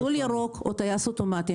מסלול ירוק או טייס אוטומטי.